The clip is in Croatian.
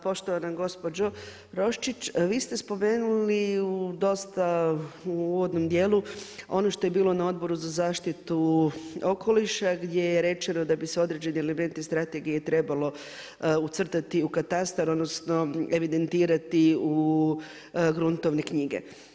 Poštovana gospođo Roščić, vi ste spomenuli u uvodnom dijelu ono što je bilo na Odboru za zaštitu okoliša, gdje je rečeno da bi se određeni elementi strategije trebalo ucrtati u katastar, odnosno, evidentirati u gruntovne knjige.